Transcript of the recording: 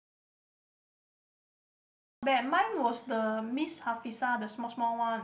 oh not bad not bad mine was the Miss Hafisa the small small one